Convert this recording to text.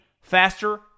faster